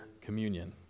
communion